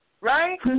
right